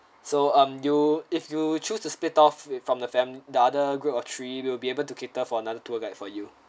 so um you if you choose to split off from the farmily the other group of three we will be able to cater for another tour guide for you